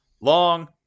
long